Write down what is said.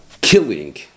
killing